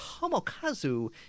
Tomokazu